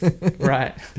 Right